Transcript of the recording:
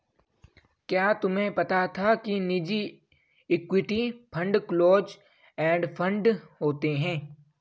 क्या तुम्हें पता था कि निजी equity fund close end fund होते हैं?